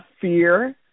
fear